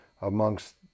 amongst